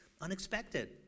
unexpected